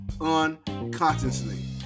Unconsciously